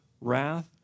wrath